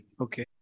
okay